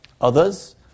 Others